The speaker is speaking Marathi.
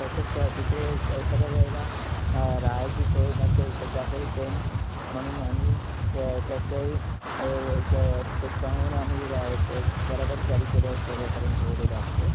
तसेच तिथे एखाद्या वेळेला राहायची सोय नसेल तर त्यासाठी टेंट म्हणून आम्ही त्या त्याचंही एक आम्ही राहायचं बराबर कॅरी केल्या कॅरी करून ठेवलेला असतो